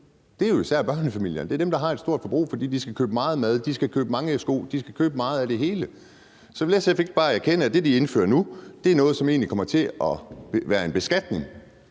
bliver jo en skat på familier. Det er dem, der har et stort forbrug, fordi de skal købe meget mad; de skal købe mange sko; de skal købe meget af det hele. Så vil SF ikke bare anerkende, at det, de indfører nu, er noget, som egentlig kommer til at være en beskatning,